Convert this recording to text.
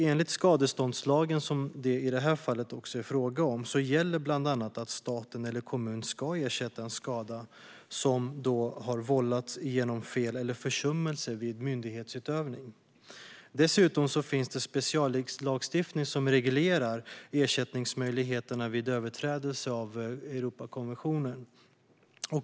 Enligt skadeståndslagen, som det är fråga om i detta fall, gäller bland annat att stat eller kommun ska ersätta en skada som har vållats genom fel eller försummelser vid myndighetsutövning. Det finns dessutom speciallagstiftning som reglerar ersättningsmöjligheterna vid överträdelser av Europakonventionen.